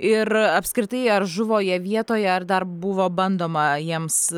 ir apskritai ar žuvo jie vietoje ar dar buvo bandoma jiems